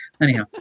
anyhow